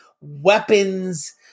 weapons